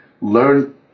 learn